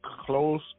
close